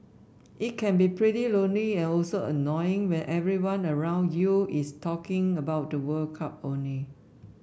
it can be pretty lonely and also annoying when everyone around you is talking about the World Cup only